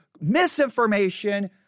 misinformation